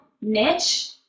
niche